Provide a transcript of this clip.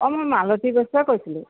অঁ মই মালতী বৈশ্যই কৈছিলোঁ